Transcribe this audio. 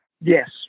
Yes